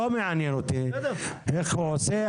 לא מעניין אותי איך הוא עושה,